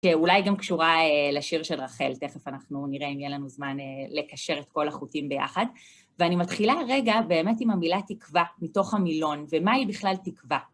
שאולי גם קשורה לשיר של רחל, תכף אנחנו נראה אם יהיה לנו זמן לקשר את כל החוטים ביחד. ואני מתחילה הרגע באמת עם המילה תקווה, מתוך המילון, ומה היא בכלל תקווה?